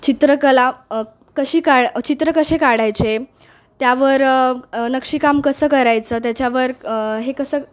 चित्रकला कशी का चित्र कसे काढायचे त्यावर नक्षीकाम कसं करायचं त्याच्यावर हे कसं